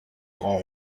grand